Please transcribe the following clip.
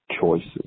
choices